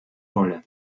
rolle